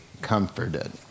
comforted